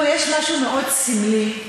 יש משהו סמלי מאוד,